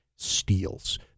steals